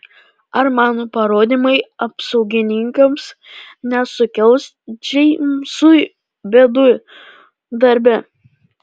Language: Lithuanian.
ar mano parodymai apsaugininkams nesukels džeimsui bėdų darbe